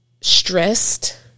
stressed